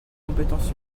compétences